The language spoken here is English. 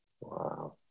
Wow